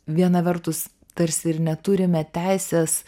viena vertus tarsi ir neturime teisės